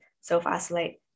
self-isolate